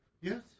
Yes